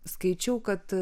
skaičiau kad